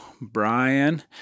Brian